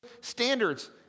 standards